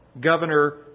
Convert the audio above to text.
Governor